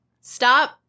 Stop